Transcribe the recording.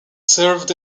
served